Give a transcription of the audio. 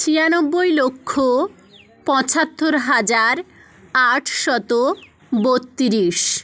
ছিয়ানব্বই লক্ষ পঁচাত্তর হাজার আটশত বত্তিরিশ